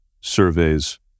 surveys